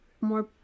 more